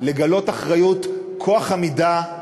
לגלות אחריות, כוח עמידה,